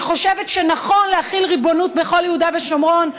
שחושבת שנכון להחיל ריבונות בכל יהודה ושומרון,